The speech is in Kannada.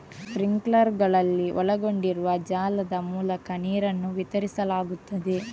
ಸ್ಪ್ರಿಂಕ್ಲರುಗಳಲ್ಲಿ ಒಳಗೊಂಡಿರುವ ಜಾಲದ ಮೂಲಕ ನೀರನ್ನು ವಿತರಿಸಲಾಗುತ್ತದೆ